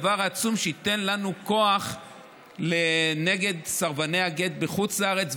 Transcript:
הדבר העצום שייתן לנו כוח נגד סרבני הגט בחוץ לארץ,